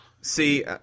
See